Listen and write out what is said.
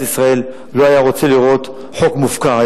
ישראל לא היה רוצה לראות חוק מופקר,